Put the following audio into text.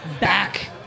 back